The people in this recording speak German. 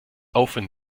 aufwind